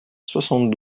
soixante